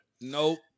Nope